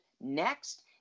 next